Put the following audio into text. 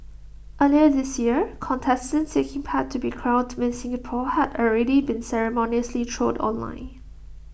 earlier this year contestants taking part to be crowned miss Singapore had already been ceremoniously trolled online